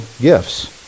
gifts